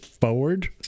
forward